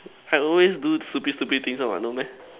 I always do stupid stupid things one what no meh